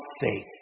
faith